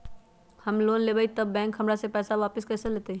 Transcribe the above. हम लोन लेलेबाई तब बैंक हमरा से पैसा कइसे वापिस लेतई?